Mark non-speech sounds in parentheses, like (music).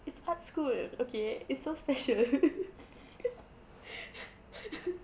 it's arts school okay it's so special (laughs)